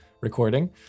recording